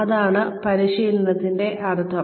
അതാണ് പരിശീലനത്തിന്റെ അർത്ഥം